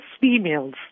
females